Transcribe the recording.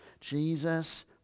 Jesus